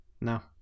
No